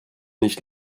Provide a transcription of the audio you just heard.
nicht